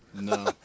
No